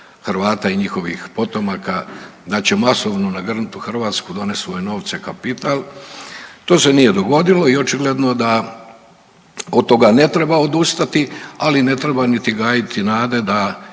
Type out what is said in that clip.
Hrvata i njihovih potomaka, da će masovno nagrnuti u Hrvatsku, donest svoje novce, kapital. To se nije dogodilo i očigledno da od toga ne treba odustati, ali ne treba niti gajiti nade da